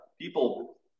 People